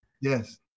Yes